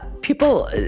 people